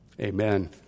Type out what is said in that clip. amen